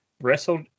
wrestled